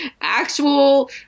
actual